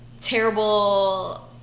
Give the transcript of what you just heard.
terrible